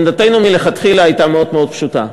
עמדתנו מלכתחילה הייתה מאוד מאוד פשוטה.